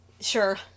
Sure